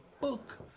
book